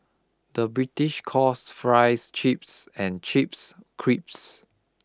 the British calls fries chips and chips crisps